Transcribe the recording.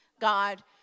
God